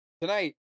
Tonight